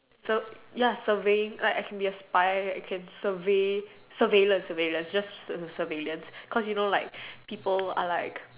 so ya surveying like I can be a spy like surveillance surveillance surveillance just surveillance because you know like people are like